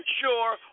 sure